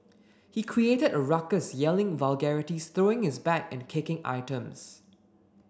he created a ruckus yelling vulgarities throwing his bag and kicking items